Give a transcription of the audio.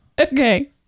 Okay